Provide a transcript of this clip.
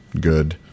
good